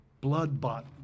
blood-bought